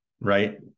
right